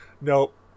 Nope